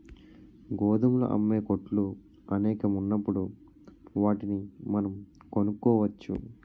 గోధుమలు అమ్మే కొట్లు అనేకం ఉన్నప్పుడు వాటిని మనం కొనుక్కోవచ్చు